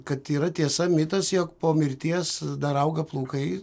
kad yra tiesa mitas jog po mirties dar auga plaukai